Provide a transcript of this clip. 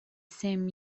same